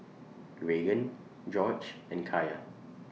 Raegan Gorge and Kaya